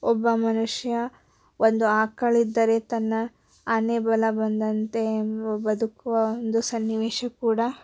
ಒಬ್ಬ ಮನುಷ್ಯ ಒಂದು ಆಕಳಿದ್ದರೆ ತನ್ನ ಆನೆಬಲ ಬಂದಂತೆ ಎಂಬು ಬದುಕುವ ಒಂದು ಸನ್ನಿವೇಶ ಕೂಡ